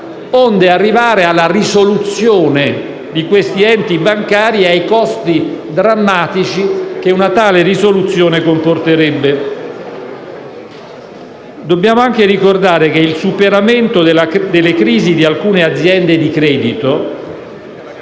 onde evitare la risoluzione degli enti bancari ai costi drammatici che essa potrebbe comportare. Dobbiamo anche ricordare che il superamento delle crisi di alcune aziende di credito